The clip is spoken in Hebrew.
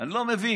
אני לא מבין.